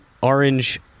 orange